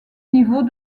niveaux